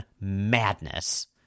madness